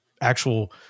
actual